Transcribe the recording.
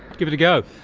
give it a go.